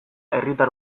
herritar